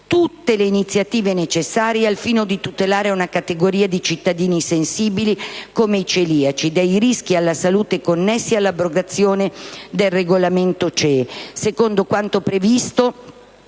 tutte le iniziative necessarie al fine di tutelare una categoria di cittadini sensibili, come i celiaci, dai rischi alla salute connessi all'abrogazione del regolamento